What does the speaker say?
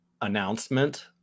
announcement